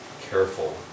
careful